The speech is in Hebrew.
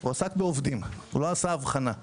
הוא עסק בעובדים, הוא לא עשה אבחנה.